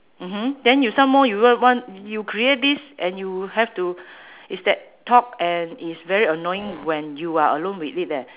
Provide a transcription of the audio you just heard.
mmhmm then you some more you wa~ want you create this and you have to it's that talk and it's very annoying when you are alone with it eh